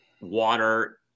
water